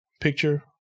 picture